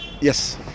Yes